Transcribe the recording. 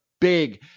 big